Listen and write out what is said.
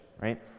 right